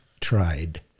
tried